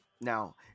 now